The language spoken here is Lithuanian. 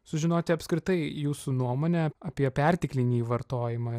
sužinoti apskritai jūsų nuomonę apie perteklinį vartojimą